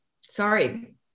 Sorry